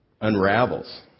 unravels